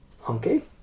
hunky